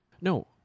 No